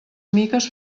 miques